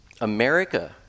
america